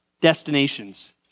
destinations